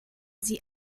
sie